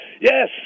Yes